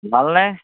ভালনে